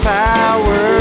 power